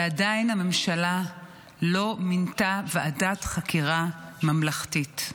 ועדיין הממשלה לא מינתה ועדת חקירה ממלכתית.